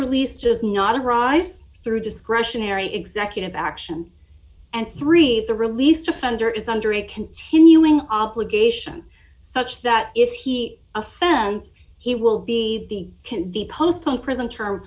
release just not a rise through discretionary executive action and three the released offender is under a continuing obligation such that if he offends he will be the can postpone prison term